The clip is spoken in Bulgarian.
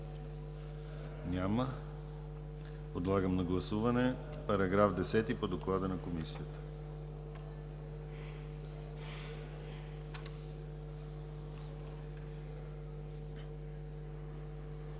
Няма. Подлагам на гласуване § 10 по доклада на Комисията.